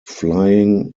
flying